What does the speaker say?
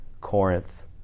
Corinth